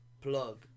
plug